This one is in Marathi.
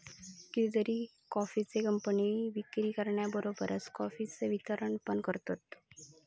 कितीतरी कॉफीचे कंपने विक्री करण्याबरोबरच कॉफीचा वितरण पण करतत